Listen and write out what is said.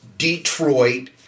Detroit